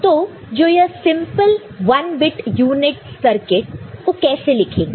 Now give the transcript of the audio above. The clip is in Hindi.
If S 1 Y0 A'B AB' Y1 AB तो जो यह सिंपल 1 बिट यूनिट सर्किट को कैसे लिखेंगे